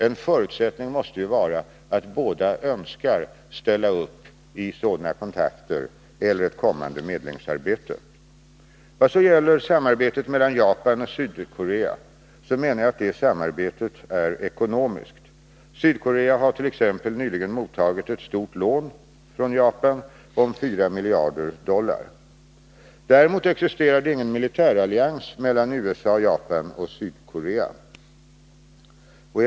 En förutsättning måste ju vara att båda önskar ställa upp i sådana kontakter eller i ett kommande medlingsarbete. Vad så gäller samarbetet mellan Japan och Sydkorea menar jag att detta samarbete är ekonomiskt. Sydkorea har t.ex. nyligen mottagit ett stort lån från Japan om 4 miljarder dollar. Däremot existerar det ingen militärallians mellan å ena sidan USA och Japan och å andra sidan Sydkorea.